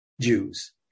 Jews